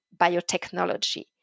biotechnology